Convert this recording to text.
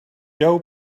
doe